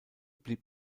blieb